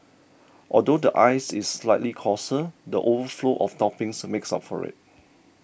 although the ice is slightly coarser the overflow of toppings makes up for it